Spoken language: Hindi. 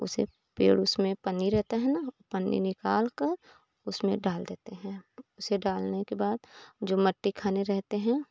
उसे पेड़ उसमें पन्नी रहता है न पन्नी निकालकर उसमें डाल देते हैं उसे डालने के बाद जो मट्टी खाने रहते हैं